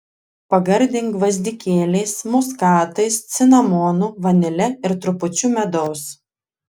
pagardink gvazdikėliais muskatais cinamonu vanile ir trupučiu medaus